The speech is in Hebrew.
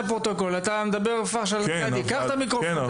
כדורסל,